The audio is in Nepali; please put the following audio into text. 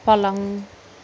पलङ